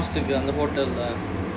அங்க போட்டாலே:anga pottaala